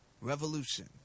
revolution